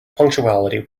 punctuality